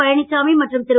பழனிசாமி மற்றும் திரு